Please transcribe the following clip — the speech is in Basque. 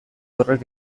horrek